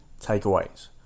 takeaways